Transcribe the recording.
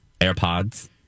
AirPods